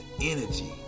energy